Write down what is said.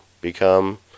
become